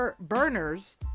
burners